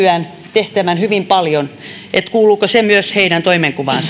tehtävään nykyään hyvin paljon kuuluuko myös se heidän toimenkuvaansa edellä olevan perusteella